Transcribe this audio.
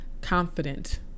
confident